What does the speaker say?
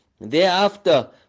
Thereafter